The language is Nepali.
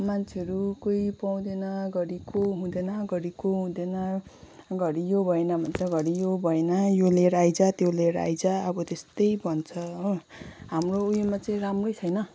मान्छेहरू कोही पाउँदैन घरि को हुँदैन घरि को हुँदैन घरि यो भएन भन्छ घरि यो भएन यो लिएर आइज त्यो लिएर आइज अब त्यस्तै भन्छ हो हाम्रो उयोमा चाहिँ राम्रै छैन